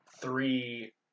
three